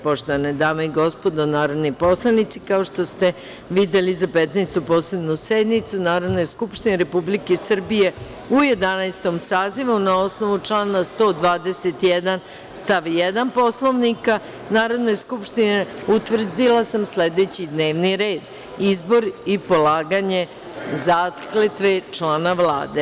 Poštovane dame i gospodo narodni poslanici, kao što ste videli, za Petnaestu posebnu sednicu Narodne skupštine Republike Srbije u Jedanaestom sazivu, na osnovu člana 121. stav 1. Poslovnika Narodne skupštine, utvrdila sam sledeći D n e v n i r e d Izbor i polaganje zakletve člana Vlade.